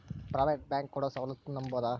Private bank ಕೊಡೊ ಸೌಲತ್ತು ನಂಬಬೋದ?